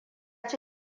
ci